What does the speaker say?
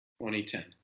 2010